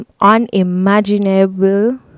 unimaginable